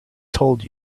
told